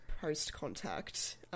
post-contact